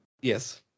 yes